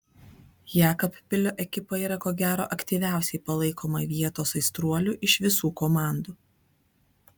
jekabpilio ekipa yra ko gero aktyviausiai palaikoma vietos aistruolių iš visų komandų